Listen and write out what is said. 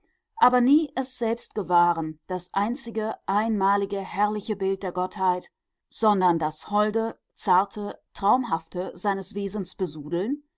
aber nie es selbst gewahren das einzige einmalige herrliche bild der gottheit sondern das holde zarte traumhafte seines wesens